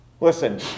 Listen